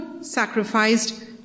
sacrificed